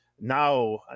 now